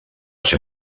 ser